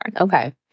Okay